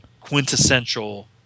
quintessential